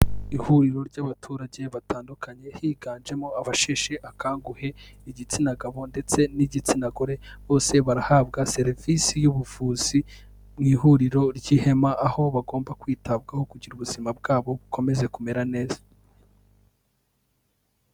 Ihuriro ry'abaturage batandukanye higanjemo abasheshe akanguhe, igitsina gabo ndetse n'igitsina gore, bose barahabwa serivisi y'ubuvuzi mu ihuriro ry'ihema aho bagomba kwitabwaho kugira ubuzima bwabo bukomeze kumera neza.